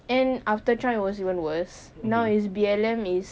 then after trump it was even worse now is B_L_M is